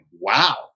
Wow